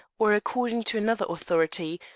or, according to another authority,